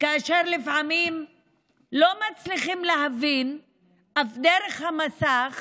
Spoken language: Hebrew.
כאשר לפעמים לא מצליחים להבין אף דרך המסך